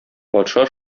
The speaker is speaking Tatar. патша